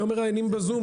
היום מראיינים בזום,